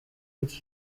iri